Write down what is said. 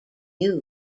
muse